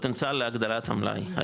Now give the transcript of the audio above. פוטנציאל להגדלת המלאי,